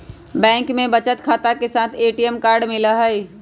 bank में बचत खाता के साथ ए.टी.एम कार्ड मिला हई